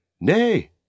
Nay